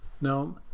now